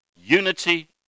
unity